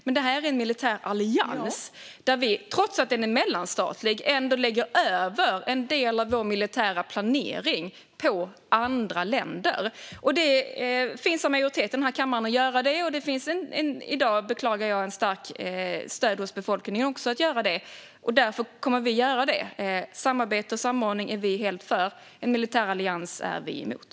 Men det här är en militär allians där vi, trots att den är mellanstatlig, ändå lägger över en del av vår militära planering på andra länder. Det finns en majoritet i denna kammare för att göra det, och det finns i dag - vilket jag beklagar - ett starkt stöd hos befolkningen för detta, och därför kommer vi att göra det. Samarbete och samordning är vi helt för, men en militär allians är vi emot.